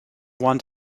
want